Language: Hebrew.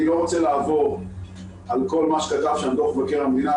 אני לא רוצה לעבור על כל מה שכתב שם דוח מבקר המדינה.